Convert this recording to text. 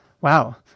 Wow